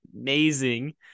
amazing